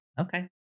Okay